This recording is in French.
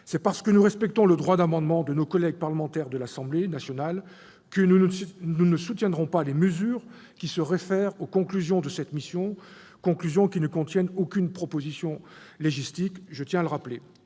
C'est parce que nous respectons le droit d'amendement de nos collègues parlementaires de l'Assemblée nationale que nous ne soutiendrons pas les mesures qui se réfèrent aux conclusions de cette mission, conclusions qui ne contiennent aucune proposition légistique, je tiens à le rappeler.